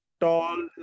Tall